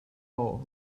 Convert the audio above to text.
law